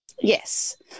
Yes